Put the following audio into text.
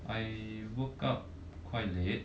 I woke up quite late